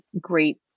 great